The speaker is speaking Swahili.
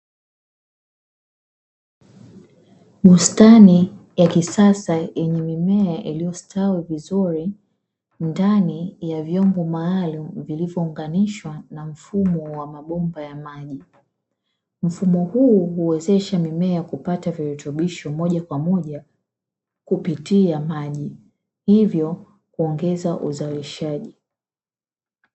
Bustani ya kisasa yenye mimea iliyostawi vizuri, ndani ya vyombo maalumu vilivyounganishwa na mfumo wa mabomba ya maji. Mfumo huu huwezesha mimea kupata virutubisho moja kwa moja kupitia maji, hivyo kuongeza uzalishaji.